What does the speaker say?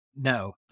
no